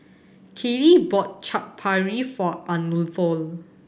Kaley bought Chaat Papri for Arnulfo